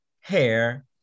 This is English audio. hair